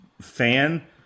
fan